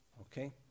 Okay